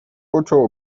począł